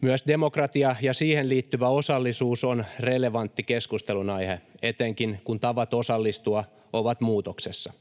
Myös demokratia ja siihen liittyvä osallisuus on relevantti keskustelunaihe, etenkin kun tavat osallistua ovat muutoksessa.